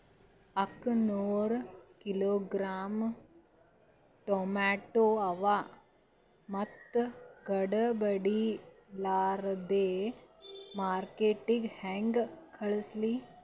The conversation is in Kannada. ಅಕ್ಕಾ ನೂರ ಕಿಲೋಗ್ರಾಂ ಟೊಮೇಟೊ ಅವ, ಮೆತ್ತಗಬಡಿಲಾರ್ದೆ ಮಾರ್ಕಿಟಗೆ ಹೆಂಗ ಕಳಸಲಿ?